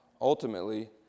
Ultimately